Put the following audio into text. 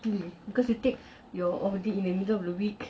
because you take your off day in the middle of the week